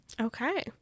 Okay